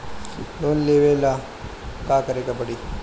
Loan लेवे ला का करे के पड़ी?